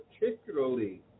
particularly